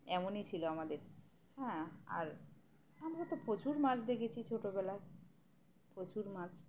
এমনই ছিল আমাদের হ্যাঁ আর আমরা তো প্রচুর মাছ দেখেছি ছোটোবেলায় প্রচুর মাছ